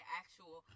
actual